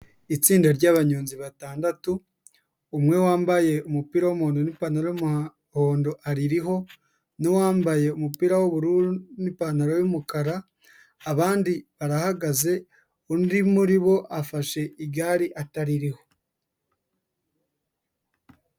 Itsinda ryabanyonzi batandatu, umwe wambaye umupira w'umundo nipantaro w'umuhondo aririho, n'uwambaye umupira w'ubururu n'ipantaro y'umukara, abandi arahagaze undi muri bo afashe igare ataririho.